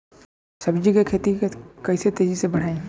सब्जी के खेती के कइसे तेजी से बढ़ाई?